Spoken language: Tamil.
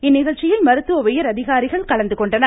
இந்நிகழ்ச்சியில் மருத்துவ உயரதிகாரிகள் கலந்துகொண்டனர்